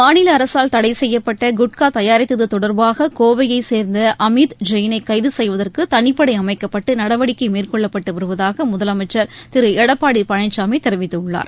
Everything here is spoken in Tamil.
மாநில அரசால் தடை செய்யப்பட்ட சூட்கா தயாரித்தது தொடர்பாக கோவையை சேர்ந்த அமித் ஜெயினை கைது செய்வதற்கு தனிப்படை அமைக்கப்பட்டு நடவடிக்கை மேற்கொள்ளப்பட்டு வருவதாக முதலமைச்சர் திரு எடப்பாடி பழனிசாமி தெரிவித்துள்ளார்